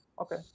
Okay